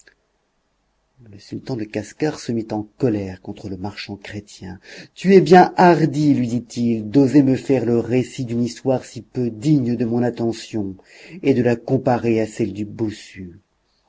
le sultan de casgar se mit en colère contre le marchand chrétien tu es bien hardi lui dit-il d'oser me faire le récit d'une histoire si peu digne de mon attention et de la comparer à celle du bossu